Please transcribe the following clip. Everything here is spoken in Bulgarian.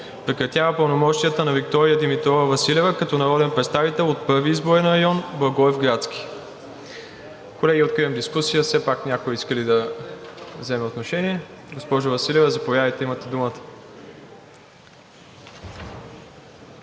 Прекратява пълномощията на Виктория Димитрова Василева като народен представител от Първи изборен район – Благоевградски.“ Колеги, откривам дискусията. Все пак някой иска ли да вземе отношение? Госпожо Василева, заповядайте – имате думата.